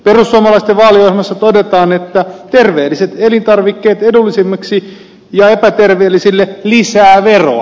perussuomalaisten vaaliohjelmassa todetaan että terveelliset elintarvikkeet edullisemmiksi ja epäterveellisille lisää veroa